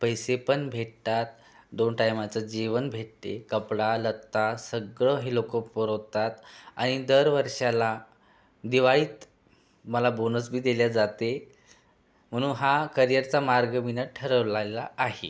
पैसे पण भेटतात दोन टायमाचं जेवण भेटते कपडालत्ता सगळं हे लोक पुरवतात आणि दर वर्षाला दिवाळीत मला बोनस बी दिला जाते म्हणून हा करिअरचा मार्ग मीनं ठरवलायला आहे